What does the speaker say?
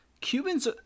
Cubans